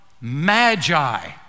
magi